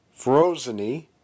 Frozeny